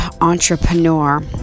entrepreneur